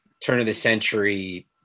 turn-of-the-century